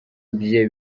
bye